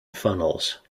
funnels